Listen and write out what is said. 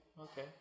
Okay